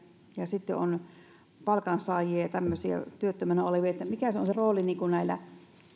ja sitten palkansaajia ja tämmöisiä työttömänä olevia niin mikä on näiden